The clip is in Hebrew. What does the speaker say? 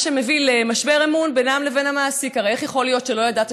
מה שמביא למשבר אמון בינם לבין המעסיק: הרי איך יכול להיות שלא ידעת